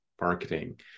marketing